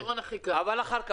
אבל אחר כך.